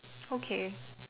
okay